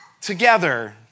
together